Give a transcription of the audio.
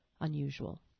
unusual